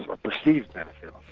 or perceived benefits,